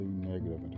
negative